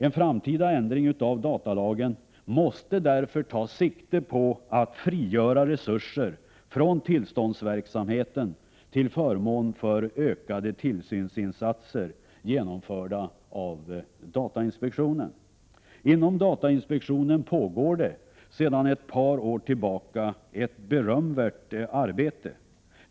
En framtida ändring av datalagen måste därför ta sikte på att frigöra resurser från tillståndsverksamheten till förmån för ökade tillsynsinsatser genomförda av datainspektionen. Inom datainspektionen pågår sedan ett par år tillbaka ett berömvärt arbete.